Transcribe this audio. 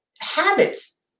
habits